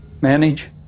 Manage